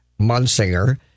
Munsinger